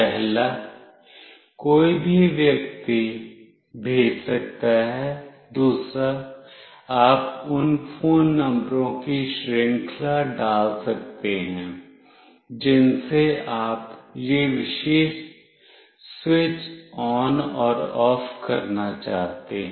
पहला कोई भी व्यक्ति भेज सकता है दूसरा आप उन फ़ोन नंबरों की श्रृंखला डाल सकते हैं जिनसे आप यह विशेष स्विच ON और OFF करना चाहते हैं